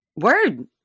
Word